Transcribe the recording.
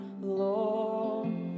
Lord